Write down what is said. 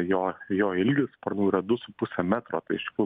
jo jo ilgis sparnų yra du su puse metro tai iš tikrų